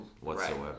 whatsoever